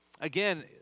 Again